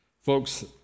Folks